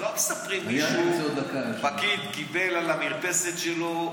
לא מספרים על פקיד שקיבל על המרפסת שלו,